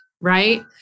right